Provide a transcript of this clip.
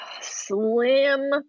Slim